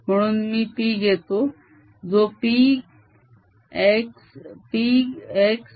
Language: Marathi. म्हणून मी P घेतो जो Px